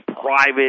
private